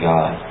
God